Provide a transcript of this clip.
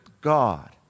God